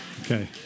Okay